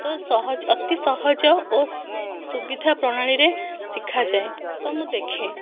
ତ ସହଜ ଅତି ସହଜ ଓ ସୁବିଧା ପ୍ରଣାଳୀରେ ଶିଖାଯାଏ ତ ମୁଁ ଦେଖେ